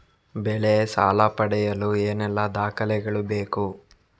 ಬೆಳೆ ಸಾಲ ಪಡೆಯಲು ಏನೆಲ್ಲಾ ದಾಖಲೆಗಳು ಬೇಕು?